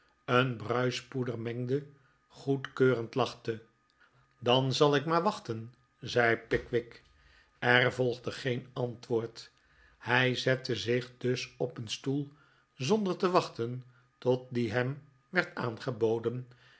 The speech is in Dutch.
een bruispoeder mengde goedkeurend lachte dan zal ik maar wachten zei pickwick er volgde geen ant woord hij zette zich dus op een stoel zonder te wachten tot die hem werd aangeboden